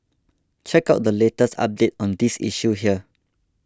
check out the latest update on this issue here